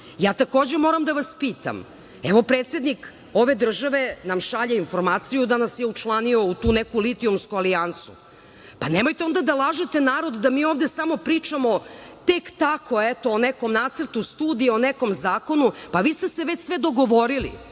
narod. Takođe, moram da vas pitam, evo predsednik ove države nam šalje informaciju da nas je učlanio u tu neku litijumsku alijansu, pa nemojte onda da lažete narod da mi ovde samo pričamo tek tako o nekom nacrtu studija, o nekom zakonu, pa vi ste se već sve dogovorili.